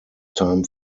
time